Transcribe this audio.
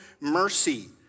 mercy